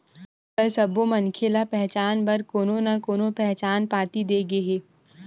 आजकाल सब्बो मनखे ल पहचान बर कोनो न कोनो पहचान पाती दे गे हे